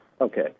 Okay